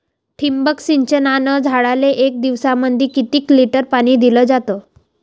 ठिबक सिंचनानं झाडाले एक दिवसामंदी किती लिटर पाणी दिलं जातं?